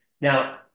Now